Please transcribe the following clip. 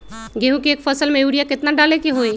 गेंहू के एक फसल में यूरिया केतना डाले के होई?